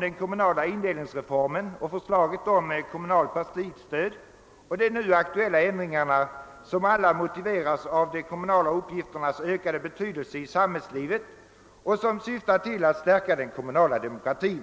den kommunala indelningsreformen, det kommunala partistödet och de nu aktuella ändringarna, vilka alla motiveras av de kommunala uppgifternas ökade betydelse i samhällslivet och syftar till att stärka den kommunala demokratin.